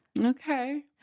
Okay